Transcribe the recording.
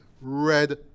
red